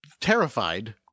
terrified